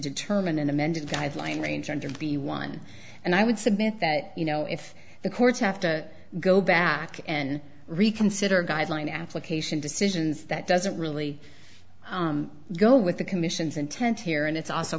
determine an amended guideline range under be one and i would submit that you know if the courts have to go back and reconsider guideline application decisions that doesn't really go with the commission's intent here and it's also